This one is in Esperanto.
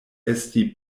esti